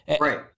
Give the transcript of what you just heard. Right